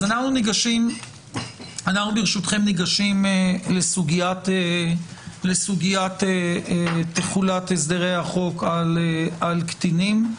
אנחנו ברשותכם ניגשים לסוגיית תחולת הסדרי החוק על קטינים.